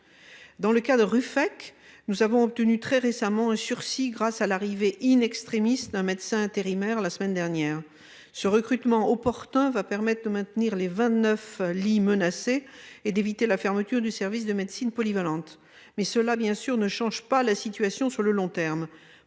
Dans le cas de Ruffec, nous avons obtenu très récemment un sursis grâce à l'arrivée, la semaine dernière, d'un médecin intérimaire. Ce recrutement opportun permettra de maintenir les vingt-neuf lits menacés et d'éviter la fermeture du service de médecine polyvalente. Mais cela ne change pas la situation sur le long terme.